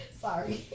Sorry